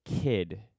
kid